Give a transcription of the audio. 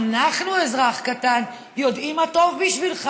אנחנו, אזרח קטן, אנחנו יודעים מה טוב בשבילך.